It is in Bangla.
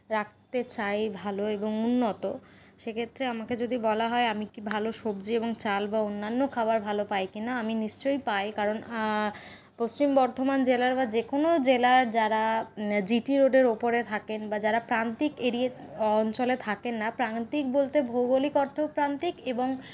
রাখতে চাই ভালো এবং উন্নত সেক্ষেত্রে আমাকে যদি বলা হয় আমি কি ভালো সবজি এবং চাল বা অন্যান্য খাবার ভালো পাই কিনা আমি নিশ্চই পাই কারণ পশ্চিম বর্ধমান জেলার বা যে কোনো জেলার যারা জিটি রোডের ওপরে থাকেন বা যারা প্রান্তিক এরি অঞ্চলে থাকেন না প্রান্তিক বলতে ভৌগোলিক অর্থেও প্রান্তিক এবং